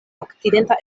okcidenta